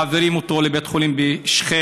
מעבירים אותו לבית חולים בשכם.